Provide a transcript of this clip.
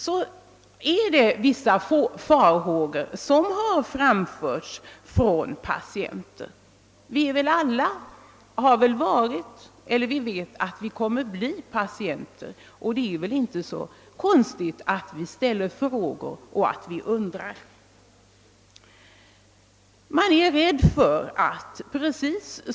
Från patienthåll har också framförts vissa farhågor. Alla har vi väl varit eller vet att vi kommer att bli patienter, och det är därför inte konstigt att vi undrar och ställer frågor.